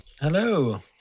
Hello